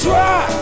Try